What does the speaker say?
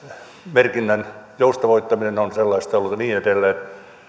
merkinnän joustavoittaminen on sellaista ollut ja niin edelleen